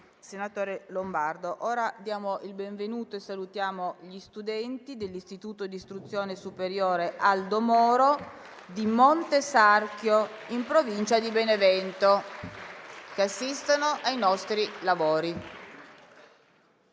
nuova finestra"). Diamo il benvenuto e salutiamo gli studenti dell'Istituto d'istruzione superiore «Aldo Moro» di Montesarchio, in provincia di Benevento, che assistono ai nostri lavori.